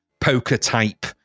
poker-type